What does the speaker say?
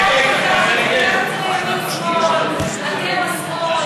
הוא יגיד: אתם השמאל,